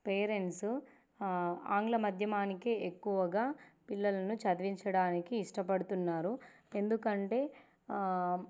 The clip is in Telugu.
పేరెంట్స్ ఆంగ్ల మధ్యమానికి ఎక్కువగా పిల్లలను చదివించడానికి ఇష్టపడుతున్నారు ఎందుకంటే